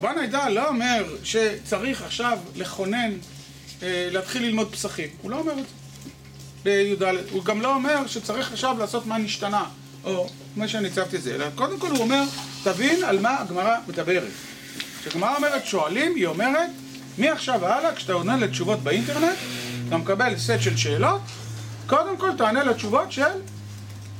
וואן הידע לא אומר שצריך עכשיו לכונן... אה... להתחיל ללמוד פסחים. הוא לא אומר את זה. בי"א... הוא גם לא אומר שצריך עכשיו לעשות מה "נשתנה". או מה שניצבתי זה, אלא קודם כל הוא אומר: תבין על מה הגמרא מדברת. כשגמרא אומרת "שואלים", היא אומרת "מעכשיו והלאה, כשאתה עונה לתשובות באינטרנט, אתה מקבל סט של שאלות, קודם כל תענה לתשובות של..."